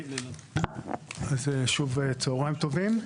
אז שוב צהריים טובים.